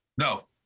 No